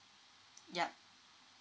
yup